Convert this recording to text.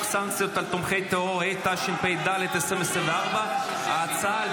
סנקציות על תומכי טרור התשפ"ד 2024. ההצבעה,